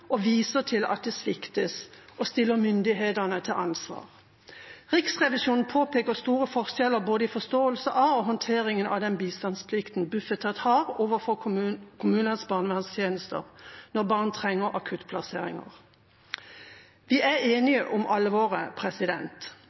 og viser til at det sviktes, og stiller myndighetene til ansvar. Riksrevisjonen påpeker store forskjeller både i forståelsen og håndteringen av den bistandsplikten Bufetat har overfor kommunenes barnevernstjeneste når barn trenger akuttplasseringer. Vi er enige om